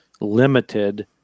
limited